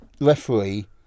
referee